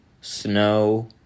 snow